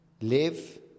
Live